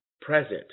present